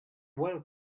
well